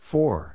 Four